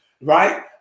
right